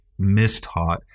mistaught